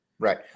Right